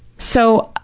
so,